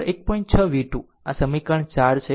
6 v2 આ સમીકરણ 4 છે